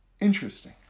Interesting